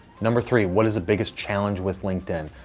number three what is the biggest challenge with linkedin?